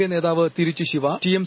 K നേതാവ് Tiruchi Siva TM